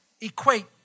equate